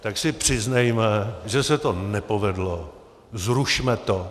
Tak si přiznejme, že se to nepovedlo, zrušme to.